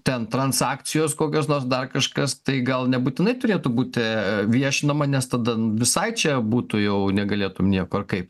ten transakcijos kokios nors dar kažkas tai gal nebūtinai turėtų būti viešinama nes tada visai čia būtų jau negalėtum nieko ar kaip